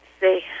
see